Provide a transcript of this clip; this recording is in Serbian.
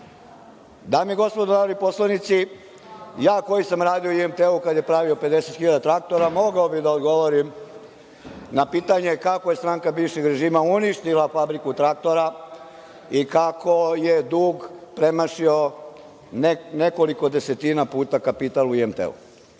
i gospodo narodni poslanici, ja koji sam radio u IMT, kad je pravio 50 hiljada traktora, mogao bih da odgovorim na pitanje kako je stranka bivšeg režima uništila fabriku traktora i kako je dug premašio nekoliko desetina puta kapital u IMT.